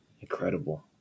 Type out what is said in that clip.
incredible